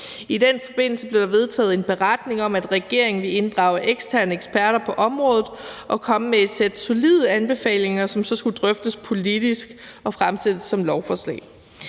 I den forbindelse blev der lavet en beretning om, at regeringen ville inddrage eksterne eksperter på området og komme med et sæt solide anbefalinger, som så skulle drøftes politisk og fremsættes som et lovforslag.